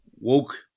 woke